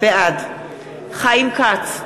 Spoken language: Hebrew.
בעד חיים כץ,